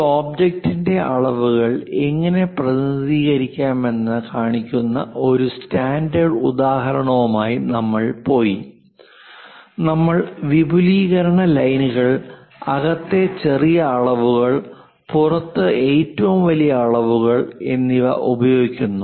ഒരു ഒബ്ജക്റ്റിന്റെ അളവുകൾ എങ്ങനെ പ്രതിനിധീകരിക്കാമെന്ന് കാണിക്കുന്ന ഒരു സ്റ്റാൻഡേർഡ് ഉദാഹരണവുമായി നമ്മൾ പോയി നമ്മൾ വിപുലീകരണ ലൈനുകൾ അകത്തെ ചെറിയ അളവുകൾ പുറത്ത് ഏറ്റവും വലിയ അളവുകൾ എന്നിവ ഉപയോഗിക്കുന്നു